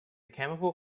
chemical